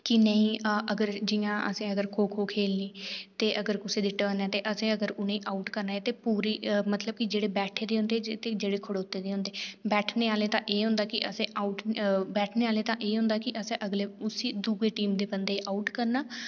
की नेईं जियां असें अगर खो खो खेल्लनी ते अगर कुसै दी टर्न ऐ ते अगर असें कुसै गी आऊट करना ऐ ते पूरी मतलब जेह्ड़े बैठे दे होंदे ते जेह्ड़े खड़ोले दे होंदे ते बैठने आह्ले दा एह् ऐ की ते बैठने आह्ले गी एह् होंदा कि असें दूई टीम दे बंदे गी आऊट करना